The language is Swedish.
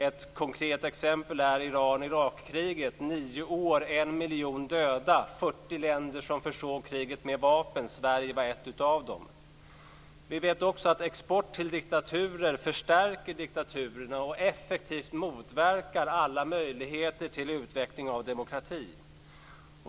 Ett konkret exempel är Iran-Irak-kriget: 9 år, 1 miljon döda, 40 länder som försåg kriget med vapen. Sverige var ett av dem. Vi vet också att export till diktaturer förstärker diktaturerna och effektivt motverkar alla möjligheter till utveckling av demokrati.